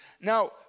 Now